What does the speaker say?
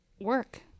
Work